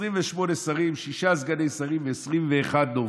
28 שרים, שישה סגני שרים ו-21 נורבגים.